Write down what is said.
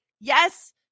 yes